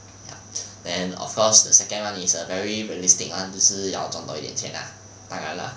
ya then of course the second [one] is a very realistic [one] 就是要赚多一点钱 ah 当然 lah